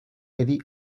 eddie